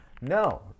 no